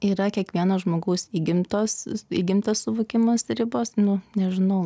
yra kiekvieno žmogaus įgimtos įgimtas suvokimas ribos nu nežinau